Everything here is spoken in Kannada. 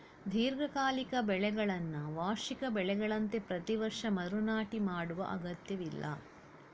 ದೀರ್ಘಕಾಲಿಕ ಬೆಳೆಗಳನ್ನ ವಾರ್ಷಿಕ ಬೆಳೆಗಳಂತೆ ಪ್ರತಿ ವರ್ಷ ಮರು ನಾಟಿ ಮಾಡುವ ಅಗತ್ಯವಿಲ್ಲ